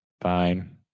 fine